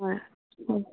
হয় হয়